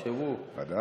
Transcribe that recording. שלא יחשבו, ודאי.